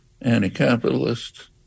anti-capitalist